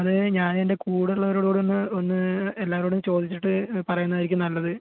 അതേ ഞാനെൻ്റെ കൂടെ ഉള്ളവരോടൊന്ന് ഒന്ന് എല്ലാരോടുമൊന്ന് ചോദിച്ചിട്ട് പറയുന്നതായിരിക്കും നല്ലത്